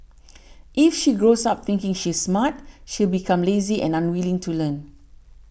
if she grows up thinking she's smart she'll become lazy and unwilling to learn